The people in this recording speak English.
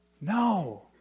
No